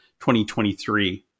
2023